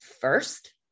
first